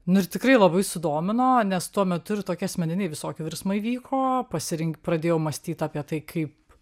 nu ir tikrai labai sudomino nes tuo metu ir tokie asmeniniai visokie virsmai vyko pasirink pradėjau mąstyt apie tai kaip